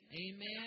Amen